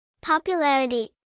Popularity